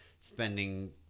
spending